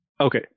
Okay